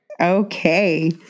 Okay